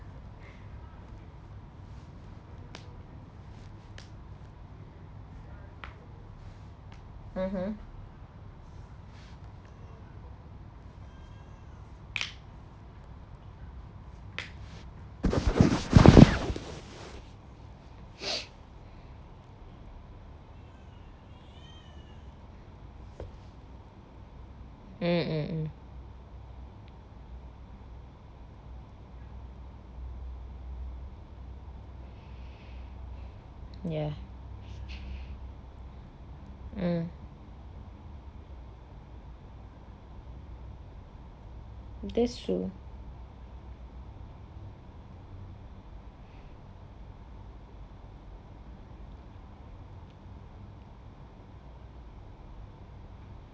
mmhmm mm mm mm ya mm that's true